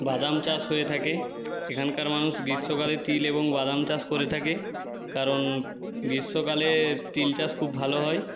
বাদাম চাষ হয়ে থাকে এখানকার মানুষ গ্রীষ্মকালে তিল এবং বাদাম চাষ করে থাকে কারণ গ্রীষ্মকালে তিল চাষ খুব ভালো হয়